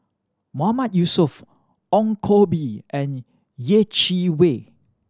Mahmood Yusof Ong Koh Bee and Yeh Chi Wei